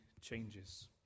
changes